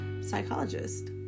psychologist